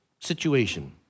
situation